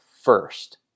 first